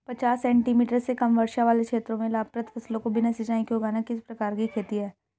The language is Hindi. पचास सेंटीमीटर से कम वर्षा वाले क्षेत्रों में लाभप्रद फसलों को बिना सिंचाई के उगाना किस प्रकार की खेती है?